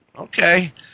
Okay